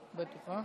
את בטוחה?